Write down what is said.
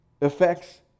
affects